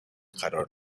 قرار